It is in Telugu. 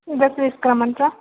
డ్రెస్ తీసుకు రమ్మంటారా